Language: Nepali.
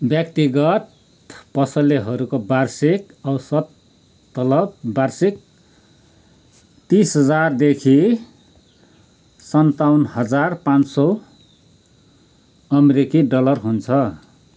व्यक्तिगत पसलेहरूको वार्षिक औसत तलब वार्षिक तिस हजार देखी सन्ताउन्न हजार पाचँ सौ अमेरिकी डलर हुन्छ